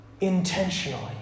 intentionally